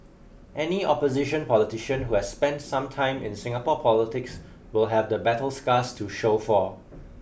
any opposition politician who has spent some time in Singapore politics will have the battle scars to show for